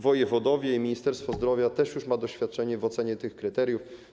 Wojewodowie i Ministerstwo Zdrowia mają doświadczenie w ocenie tych kryteriów.